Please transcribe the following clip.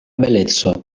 beleco